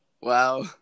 Wow